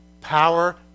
power